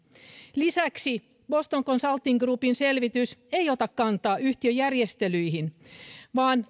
lisäksi boston consulting groupin selvitys ei ota kantaa yhtiöjärjestelyihin vaan